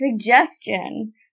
suggestion